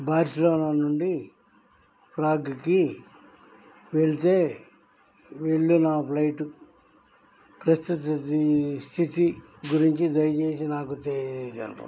Barcelona నుండి ప్రాగ్కి వెళ్తే వెళ్ళే నా ఫ్లైట్ ప్రస్తుత దీ స్థితి గురించి దయచేసి నాకు తెలియజేయగలరు